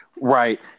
right